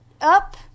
up